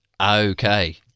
okay